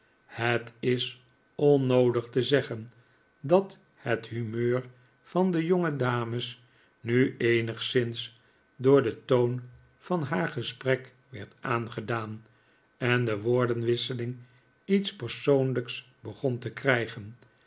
het is pnnoodig te zeggen dat het humeur van de jongedames nu eenigszins door den toon van haar gesprek werd aangedaan en de woordenwisseling iets persoonlijks begon te krijgen